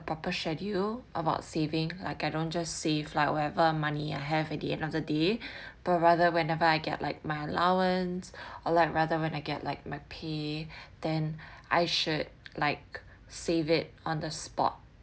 proper schedule about saving like I don't just save like whatever money I have at the end of the day but rather whenever I get like my allowance or like rather when I get like my pay then I should like save it on the spot